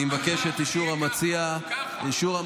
אני מבקש את אישור המציע לעניין.